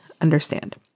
understand